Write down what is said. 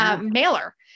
mailer